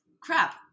crap